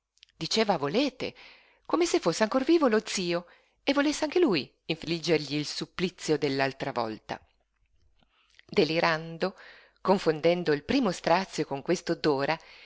diceva volete come se fosse ancor vivo lo zio e volesse anche lui infliggergli il supplizio dell'altra volta delirando confondendo il primo strazio con questo d'ora